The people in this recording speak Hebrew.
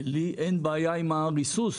לי אין בעיה עם הריסוס,